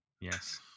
Yes